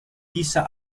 dieser